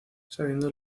sabiendo